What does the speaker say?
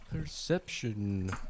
Perception